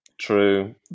True